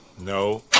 No